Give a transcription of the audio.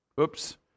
Oops